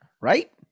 right